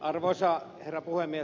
arvoisa herra puhemies